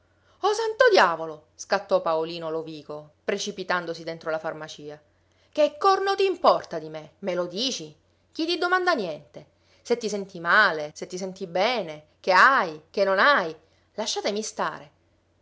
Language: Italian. santo diavolo scattò paolino lovico precipitandosi dentro la farmacia che corno t'importa di me me lo dici chi ti domanda niente se ti senti male se ti senti bene che hai che non hai lasciatemi stare